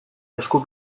esku